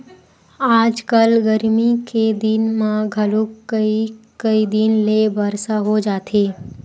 आजकल गरमी के दिन म घलोक कइ कई दिन ले बरसा हो जाथे